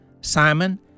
Simon